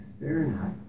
Fahrenheit